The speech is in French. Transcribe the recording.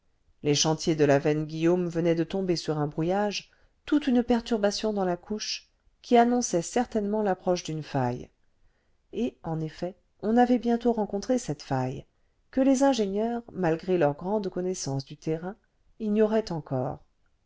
les chantiers de la veine guillaume venaient de tomber sur un brouillage toute une perturbation dans la couche qui annonçait certainement l'approche d'une faille et en effet on avait bientôt rencontré cette faille que les ingénieurs malgré leur grande connaissance du terrain ignoraient encore